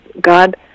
God